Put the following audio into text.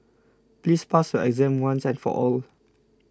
please pass your exam once and for all